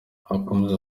akomeza